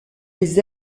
les